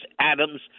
Adams